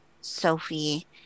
Sophie